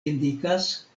indikas